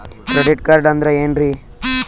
Credit card ಅಂದ್ರ ಏನ್ರೀ?